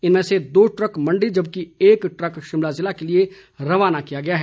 इनमें से दो ट्रक मंडी जबकि एक ट्रक शिमला जिला के लिए रवाना किया गया है